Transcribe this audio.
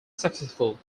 successful